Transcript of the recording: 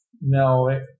No